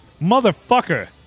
Motherfucker